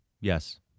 Yes